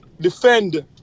defend